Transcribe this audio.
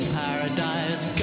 paradise